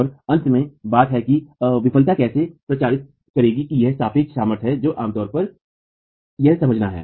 और अंत में बात है की विफलता कैसे प्रचारित करेगी की यह सापेक्ष सामर्थ्य है जो आमतौर पर यह समझना है